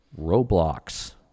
Roblox